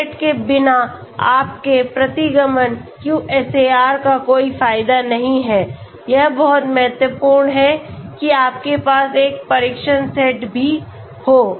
test set के बिना आपके प्रतिगमन QSAR का कोई फायदा नहीं है यह बहुत महत्वपूर्ण है कि आपके पास एक परीक्षण सेट भी हो